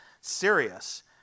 serious